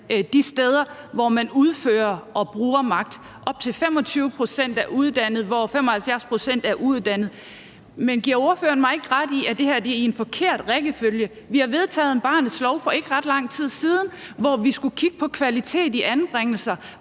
de steder, hvor man udfører og bruger magt. Op til 25 pct. af personalet er uddannet, mens 75 pct. er uuddannet. Giver ordføreren mig ikke ret i, at det her sker i en forkert rækkefølge. Vi har vedtaget en barnets lov for ikke ret lang tid siden, hvor vi skulle kigge på kvalitet i anbringelser.